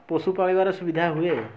ପଶୁ ପାଳିବାରେ ସୁବିଧା ହୁଏ